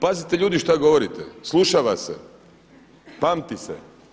Pazite ljudi šta govorite, sluša vas se, pamti se.